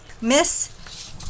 Miss